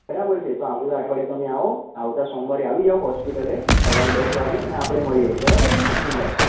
બરાબર છે તો આવતા અઠવાડિયે તમે આવો આવતા સોમવારે આવી જાવ હોસ્પિટલે સવારે દસ વાગે અને આપણે મળીએ બરાબર છે ને માનસિંગભાઈ